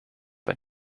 bij